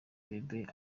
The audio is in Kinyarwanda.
bieber